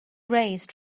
raised